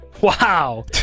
Wow